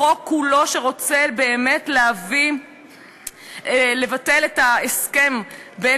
לחוק כולו שרוצה באמת לבטל את ההסכם בין